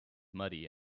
muddy